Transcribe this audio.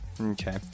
okay